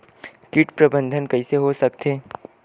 कीट प्रबंधन कइसे हो सकथे?